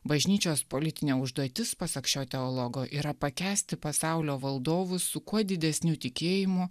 bažnyčios politinė užduotis pasak šio teologo yra pakęsti pasaulio valdovus su kuo didesniu tikėjimu